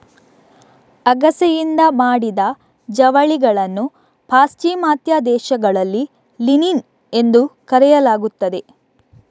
ಅಗಸೆಯಿಂದ ಮಾಡಿದ ಜವಳಿಗಳನ್ನು ಪಾಶ್ಚಿಮಾತ್ಯ ದೇಶಗಳಲ್ಲಿ ಲಿನಿನ್ ಎಂದು ಕರೆಯಲಾಗುತ್ತದೆ